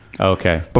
Okay